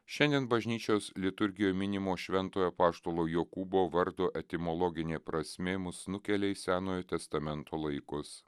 šiandien bažnyčios liturgijoj minimo šventojo apaštalo jokūbo vardo etimologinė prasmė mus nukelia į senojo testamento laikus